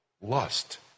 lust